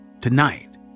Tonight